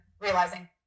realizing